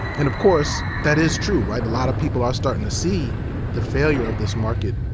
and of course, that is true, right, a lot of people are starting to see the failure of this market,